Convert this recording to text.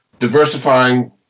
diversifying